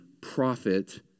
prophet